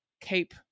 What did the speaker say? cape